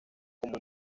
como